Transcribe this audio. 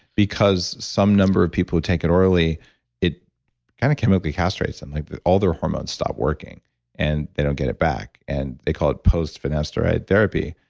because some number of people who take it orally it kind of of be castrated, and like all their hormones stop working and they don't get it back. and they call it post-finasteride therapy.